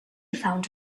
found